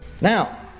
Now